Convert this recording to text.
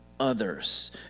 Others